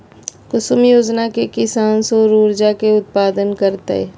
कुसुम योजना से किसान सौर ऊर्जा के उत्पादन करतय